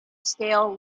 scale